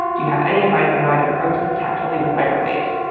do you have any advice on how i could approach this tactfully with my roommate?